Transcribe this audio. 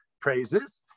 praises